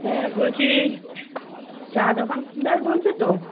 হ্যাঁ বলছি চা দোকানদার বলছো তো